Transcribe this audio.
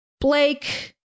Blake